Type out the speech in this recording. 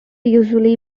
usually